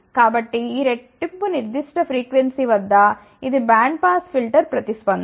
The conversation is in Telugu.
కాబట్టి ఈ రెట్టింపు నిర్దిష్ట ఫ్రీక్వెన్సీ వద్ద ఇది బ్యాండ్ పాస్ ఫిల్టర్ ప్రతిస్పందన